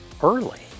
early